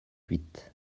huit